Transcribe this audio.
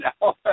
now